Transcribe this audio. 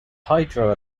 hydro